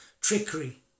trickery